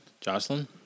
Jocelyn